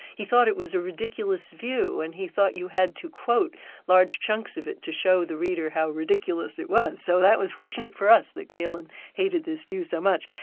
he thought it was a ridiculous view and he thought you had to quote large chunks of it to show the reader how ridiculous it was, so that was fortunate for us that galen hated these views so much,